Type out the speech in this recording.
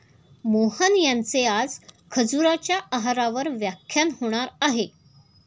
मोहन यांचे आज खजुराच्या आहारावर व्याख्यान होणार आहे